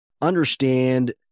understand